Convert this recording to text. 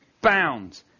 Bound